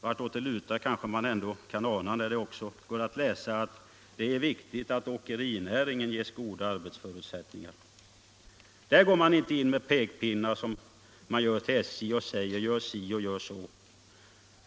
Vartåt det lutar kanske man ändå kan ana, när det också går att läsa att det är riktigt att åkerinäringen ges goda arbetsförutsättningar. Där går man inte in med pekpinnar som man gör till SJ och säger: Gör si och gör så.